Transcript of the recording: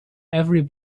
every